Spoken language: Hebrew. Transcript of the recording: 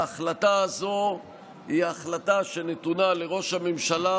ההחלטה הזו היא החלטה שנתונה לראש הממשלה,